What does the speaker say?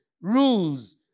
rules